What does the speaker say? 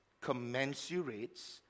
commensurate